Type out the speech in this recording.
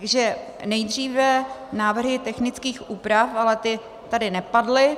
Takže nejdříve návrhy technických úprav, ale ty tady nepadly.